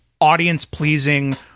audience-pleasing